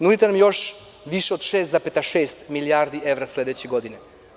Nudite nam još više od 6,6 milijardi evra sledeće godine.